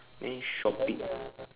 then shopping